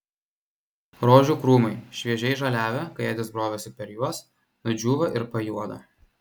rožių krūmai šviežiai žaliavę kai edis brovėsi per juos nudžiūvo ir pajuodo